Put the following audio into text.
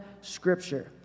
Scripture